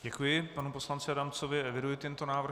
Děkuji panu poslanci Adamcovi, eviduji tento návrh.